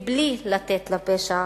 מבלי לתת עכשיו, לצורך העניין, לפשע